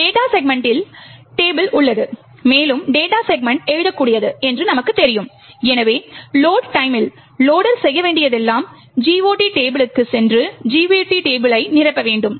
data செக்மெண்ட்டில் table உள்ளது மேலும் டேட்டா செக்மெண்ட் எழுதக்கூடியது என்பது நமக்குத் தெரியும் எனவே லோட் டைமில் லொடர் செய்ய வேண்டியதெல்லாம் GOT டேபிளுக்கு சென்று GOT டேபிளை நிரப்ப வேண்டும்